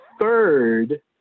third